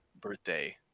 birthday